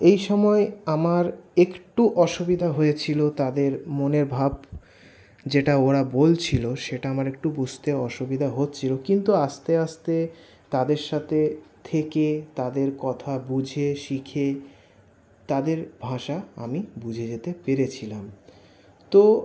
এই সময় আমার একটু অসুবিধা হয়েছিল তাদের মনের ভাব যেটা ওরা বলছিলো সেটা আমার একটু বুঝতে অসুবিধা হচ্ছিলো কিন্তু আস্তে আস্তে তাদের সাথে থেকে তাদের কথা বুঝে শিখে তাদের ভাষা আমি বুঝে যেতে পেরেছিলাম তো